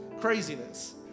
Craziness